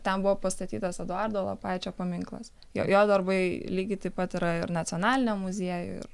ten buvo pastatytas eduardo lapaičio paminklas jo jo darbai lygiai taip pat yra ir nacionaliniam muziejuj ir